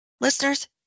Listeners